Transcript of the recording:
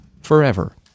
forever